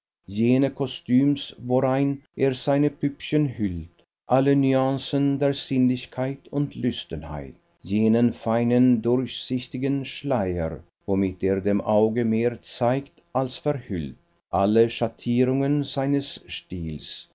jene kostüms worein er seine püppchen hüllt alle nüancen der sinnlichkeit und lüsternheit jenen feinen durchsichtigen schleier womit er dem auge mehr zeigt als verhüllt alle schattierungen seines stils